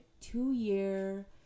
two-year